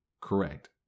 correct